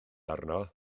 arno